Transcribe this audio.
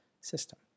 system